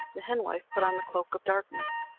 the henwife put on the cloak of darkness,